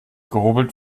gehobelt